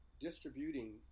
distributing